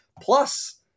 Plus